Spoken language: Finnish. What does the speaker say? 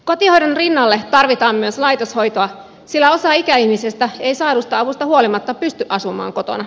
kotihoidon rinnalle tarvitaan myös laitoshoitoa sillä osa ikäihmisistä ei saadusta avusta huolimatta pysty asumaan kotona